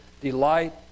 delight